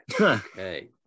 okay